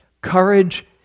Courage